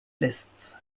lists